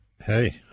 Hey